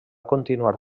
continuar